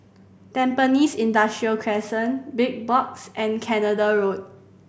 Tampines Industrial Crescent Big Box and Canada Road